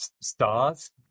stars